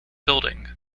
building